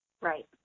Right